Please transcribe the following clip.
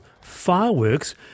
fireworks